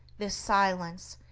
this silence,